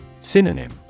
Synonym